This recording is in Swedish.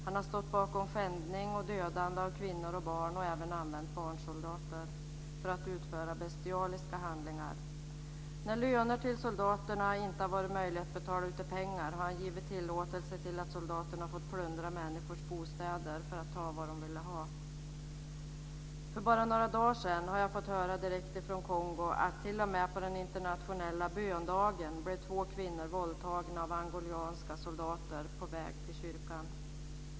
Han har stått bakom skändning och dödande av kvinnor och barn och även använt barnsoldater för att utföra bestialiska handlingar. När löner till soldaterna inte har varit möjliga att betala ut i pengar har han givit soldaterna tillåtelse att plundra människors bostäder för att ta vad de vill ha. För bara några dagar sedan har jag fått höra direkt från Kongo att t.o.m. på den internationella böndagen blev två kvinnor på väg till kyrkan våldtagna av angolanska soldater.